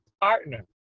partner